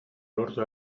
lortu